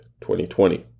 2020